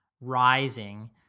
rising